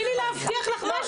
תני לי להבטיח לך משהו.